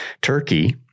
turkey